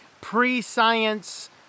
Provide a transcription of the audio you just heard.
pre-science